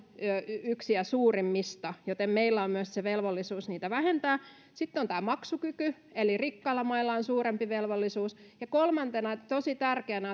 yksiä suurimmista joten meillä on myös velvollisuus niitä vähentää sitten on tämä maksukyky eli rikkailla mailla on suurempi velvollisuus ja kolmantena tosi tärkeänä